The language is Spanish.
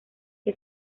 que